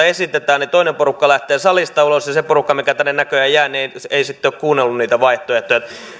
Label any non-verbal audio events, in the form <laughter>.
<unintelligible> esitetään toinen porukka lähtee salista ulos ja se porukka mikä tänne näköjään jää ei sitten ole kuunnellut niitä vaihtoehtoja